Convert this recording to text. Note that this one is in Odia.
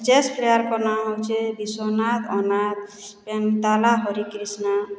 ଏବଂ ଚେସ୍ ପ୍ଲେୟାର୍ଙ୍କ ନାଁ ହେଉଛେଁ ବିଶ୍ୱନାଥ ଆନାଦ ହେମତାଲା ହରିକ୍ରିଷ୍ଣା